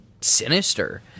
sinister